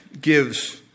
gives